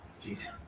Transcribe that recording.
Jesus